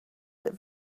that